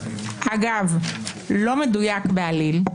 אגב לא מדויק בעליל,